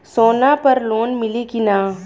सोना पर लोन मिली की ना?